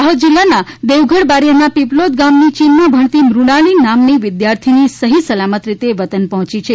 દાહોદ જિલ્લાના દેવગઢબારિયાના પીપલોદ ગામની ચીનમાં ભણતતી મૃણાલી નામની વિદ્યાર્થીની સઠી સલામત રીતે વતન પહોંચી હતી